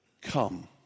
come